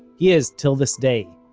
he is, till this day,